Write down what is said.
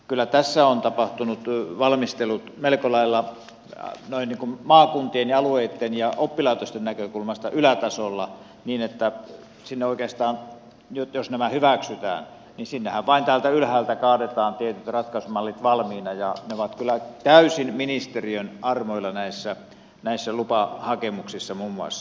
kyllä tässä ovat tapahtuneet valmistelut melko lailla maakuntien ja alueitten ja oppilaitosten näkökulmasta ylätasolla niin että oikeastaan jos nämä hyväksytään sinnehän vain täältä ylhäältä kaadetaan tietyt ratkaisumallit valmiina ja ne ovat kyllä täysin ministeriön armoilla näissä lupahakemuksissa muun muassa